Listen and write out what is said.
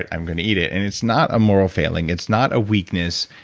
i'm going to eat it, and it's not a moral failing. it's not a weakness.